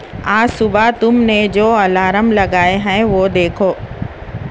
آج صبح تم نے جو الارم لگائے ہیں وہ دیکھو